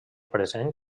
present